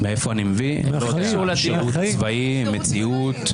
לא יודע, מהשירות הצבאי, מהמציאות.